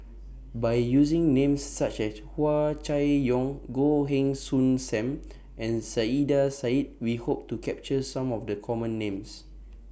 By using Names such as Hua Chai Yong Goh Heng Soon SAM and Saiedah Said We Hope to capture Some of The Common Names